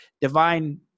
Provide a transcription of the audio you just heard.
divine